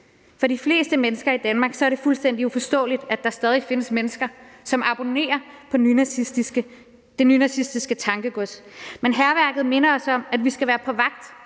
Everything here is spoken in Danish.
For de fleste mennesker i Danmark er det fuldstændig uforståeligt, at der stadig findes mennesker, som abonnerer på det nynazistiske tankegods. Men hærværket minder os om, at vi skal være på vagt,